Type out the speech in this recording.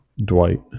Dwight